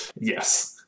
yes